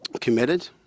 committed